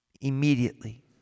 immediately